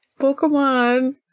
Pokemon